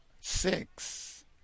six